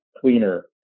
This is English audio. cleaner